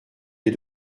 des